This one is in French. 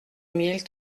mille